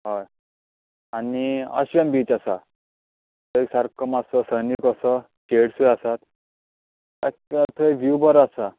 हय आनी अश्वेम बीच आसा थंय सारको मात्सो सनी कसो शेड्स आसात थंय विव्ह बरो आसा